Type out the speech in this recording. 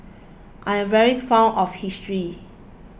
I'm very fond of history